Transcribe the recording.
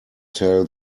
tell